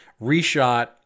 reshot